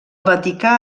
vaticà